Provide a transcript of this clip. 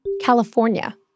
California